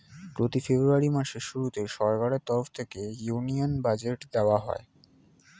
প্রতি ফেব্রুয়ারি মাসের শুরুতে সরকারের তরফ থেকে ইউনিয়ন বাজেট দেওয়া হয়